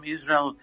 Israel